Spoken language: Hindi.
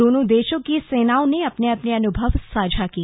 दोनों देशों की सेनाओं ने अपने अपने अनुभव साझा किए